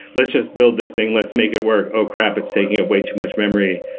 let's just build this thing. let's make it work. oh, crap! it's taking away too much memory.